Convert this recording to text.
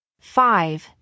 Five